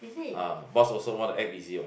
ah boss also want to act busy what